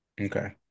Okay